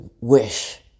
wish